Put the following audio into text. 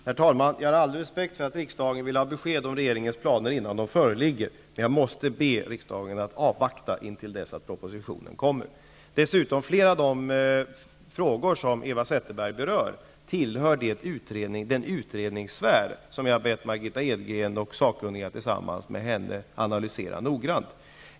Herr talman! Jag har all respekt för att riksdagen vill ha besked om regeringens planer innan de föreligger, men jag måste be riksdagen att avvakta intill dess att propositionen kommer. Dessutom tillhör flera av de frågor Eva Zetterberg berör den utredningssfär som jag har bett Margitta Edgren och sakkunniga med henne analysera noggrant.